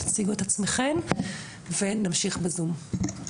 תציגו את עצמכן ונמשיך בזום.